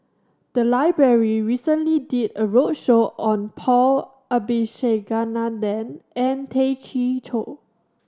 the library recently did a roadshow on Paul Abisheganaden and Tay Chee Toh